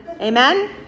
Amen